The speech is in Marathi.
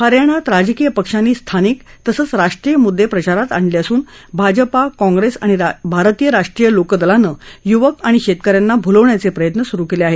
हरियाणामध्ये राजकीय पक्षांनी स्थानिक तसचं राष्ट्रीय मुद्दे प्रचारात आणले असून भाजपा काँप्रेस आणि भारतीय राष्ट्रीय लोकदलाने युवक आणि शेतकऱ्यांना भूलवण्याचे प्रयत्न सुरू केले आहेत